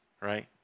right